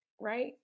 Right